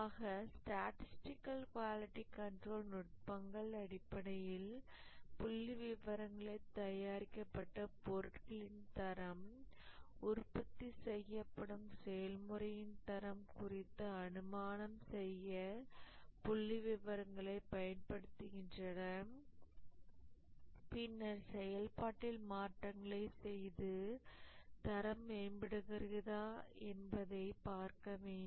ஆக statistical quality control நுட்பங்கள் அடிப்படையில் புள்ளிவிவரங்களை தயாரிக்கப்பட்ட பொருட்களின் தரம் உற்பத்தி செய்யப்படும் செயல்முறையின் தரம் குறித்து அனுமானம் செய்ய புள்ளிவிவரங்களைப் பயன்படுத்துகின்றன பின்னர் செயல்பாட்டில் மாற்றங்களைச் செய்து தரம் மேம்படுகிறதா என்பதைப் பார்க்க வேண்டும்